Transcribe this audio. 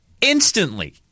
instantly